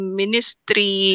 ministry